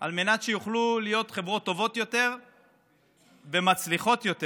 על מנת שיוכלו להיות חברות טובות יותר ומצליחות יותר.